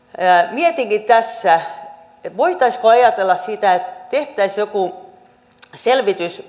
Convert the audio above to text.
mietinkin tässä voitaisiinko ajatella että tehtäisiin joku selvitys